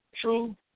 True